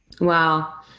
Wow